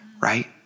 right